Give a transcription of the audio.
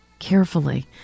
Carefully